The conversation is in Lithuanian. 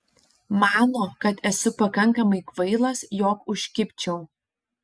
mano kad esu pakankamai kvailas jog užkibčiau